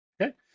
Okay